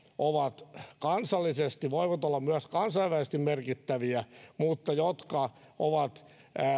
ovat kansallisesti voivat olla myös kansainvälisesti merkittäviä mutta jotka ovat